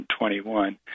2021